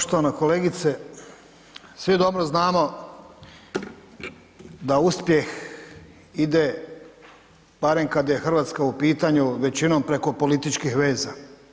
Poštovana kolegice, svi dobro znamo da uspjeh ide barem kad je Hrvatska u pitanju, većinom preko političkih veza.